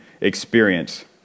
experience